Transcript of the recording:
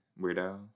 weirdo